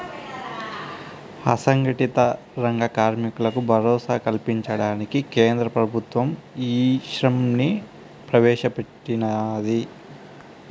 అసంగటిత రంగ కార్మికులకు భరోసా కల్పించడానికి కేంద్ర ప్రభుత్వం ఈశ్రమ్ ని ప్రవేశ పెట్టినాది